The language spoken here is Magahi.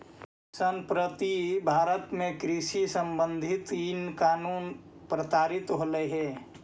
संप्रति भारत में कृषि संबंधित इन कानून पारित होलई हे